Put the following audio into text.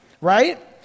right